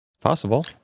possible